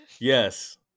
yes